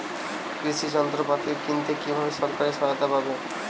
কৃষি যন্ত্রপাতি কিনতে কিভাবে সরকারী সহায়তা পাব?